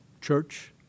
church